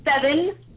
seven